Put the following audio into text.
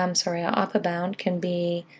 um sorry, our upper bound can be,